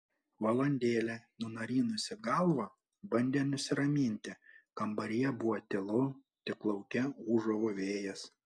valandėlę nunarinusi galvą bandė nusiraminti kambaryje buvo tylu tik lauke ūžavo vėjas